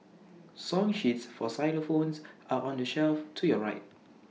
song sheets for xylophones are on the shelf to your right